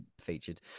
featured